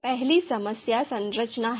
पहली समस्या संरचना है